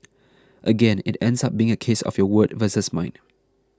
again it ends up being a case of your word versus mine